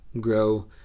Grow